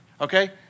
Okay